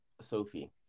Sophie